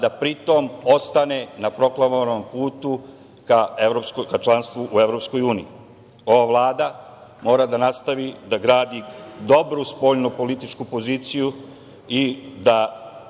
da pritom ostane na proklamovanom putu ka članstvu u EU. Ova Vlada mora da nastavi da gradi dobru spoljnu političku poziciju i da